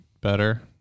better